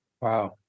wow